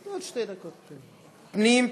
פנים,